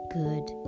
good